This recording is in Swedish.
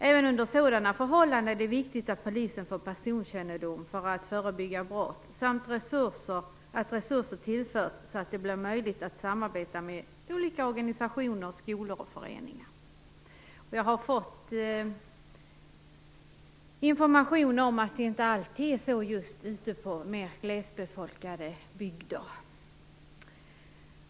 Även under sådana förhållanden är det viktigt att polisen har personkännedom för att förebygga brott samt att resurser tillförs, så att polisen har möjlighet att samarbeta med olika organisationer, skolor och föreningar. Jag har fått information om att det inte alltid är så just ute i mer glesbefolkade bygder.